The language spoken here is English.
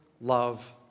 love